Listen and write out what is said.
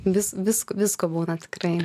vis visk visko būna tikrai